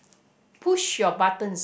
push your buttons